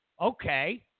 Okay